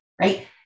right